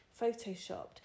photoshopped